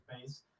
base